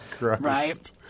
Right